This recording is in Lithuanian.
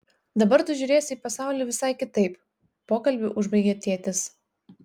dabar tu žiūrėsi į pasaulį visai kitaip pokalbį užbaigė tėtis